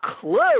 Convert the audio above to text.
clue